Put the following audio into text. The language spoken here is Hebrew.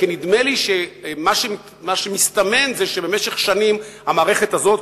כי נדמה לי שמה שמסתמן הוא שבמשך שנים המערכת הזאת,